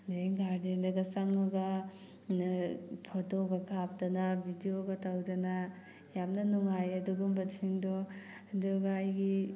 ꯑꯗꯨꯗꯒꯤ ꯒꯥꯔꯗꯦꯟꯗꯒ ꯆꯪꯉꯒ ꯐꯣꯇꯣꯒ ꯀꯥꯞꯇꯅ ꯚꯤꯗꯤꯑꯣꯒ ꯇꯧꯗꯕ ꯌꯥꯝꯅ ꯅꯨꯡꯉꯥꯏ ꯑꯗꯨꯒꯨꯝꯕꯁꯤꯡꯗꯣ ꯑꯗꯨꯒ ꯑꯩꯒꯤ